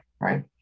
Right